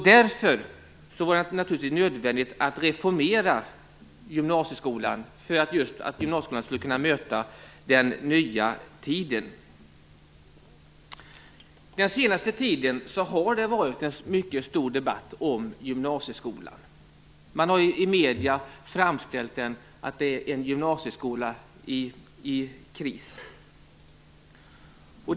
Därför är det nödvändigt att reformera gymnasieskolan, för att gymnasieskolan skall kunna möta den nya tiden. Den senaste tiden har det förts en mycket stor debatt om gymnasieskolan. Man har i medierna framställt det som att gymnasieskolan befinner sig i kris.